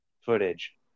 footage